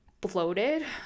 bloated